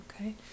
Okay